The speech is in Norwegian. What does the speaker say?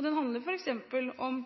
Det handler f.eks. om